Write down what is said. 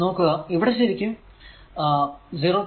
നോക്കുക ഇവിടെ ശരിക്കും 0